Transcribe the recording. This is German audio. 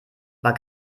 war